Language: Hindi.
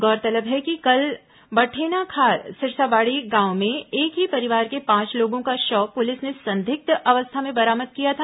गौरतलब है कि कल बठेनाखार सिरसाबाड़ी गांव में एक ही परिवार के पांच लोगों का शव पुलिस ने संदिग्ध अवस्था में बरामद किया था